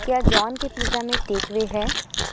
کیا جان کے پیزا میں ٹیک وے ہے